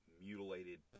mutilated